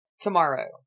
Tomorrow